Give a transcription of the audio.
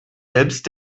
selbst